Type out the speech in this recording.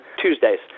Tuesdays